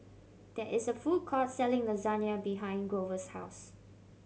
there is a food court selling Lasagne behind Grover's house